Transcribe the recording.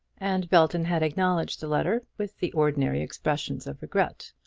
and belton had acknowledged the letter with the ordinary expressions of regret.